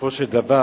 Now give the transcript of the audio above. ובסופו של דבר,